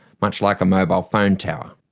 much like a mobile phone tower.